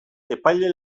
epaile